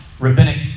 rabbinic